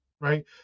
Right